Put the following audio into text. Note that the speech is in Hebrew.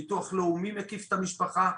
ביטוח לאומי מקיף את המשפחה,